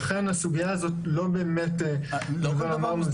לא אמרנו,